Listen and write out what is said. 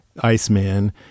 Iceman